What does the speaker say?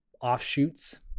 offshoots